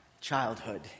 childhood